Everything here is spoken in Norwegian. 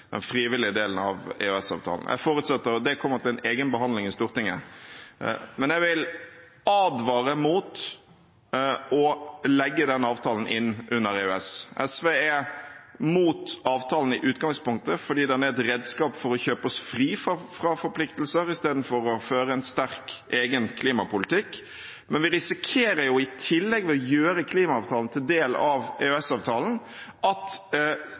den frivillige delen av EØS-avtalen. Jeg forutsetter at det kommer til en egen behandling i Stortinget. Men jeg vil advare mot å legge den avtalen inn under EØS. SV er mot avtalen i utgangspunktet, fordi den er et redskap for å kjøpe oss fri fra forpliktelser istedenfor å føre en sterk, egen klimapolitikk. Men ved å gjøre klimaavtalen til del av EØS-avtalen, risikerer vi i tillegg at